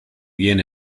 bien